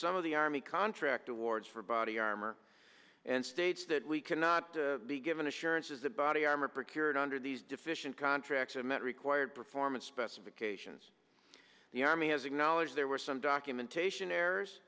some of the army contract awards for body armor and states that we cannot be given assurances that body armor prepared under these deficient contracts and that required performance specifications the army has acknowledged there were some documentation errors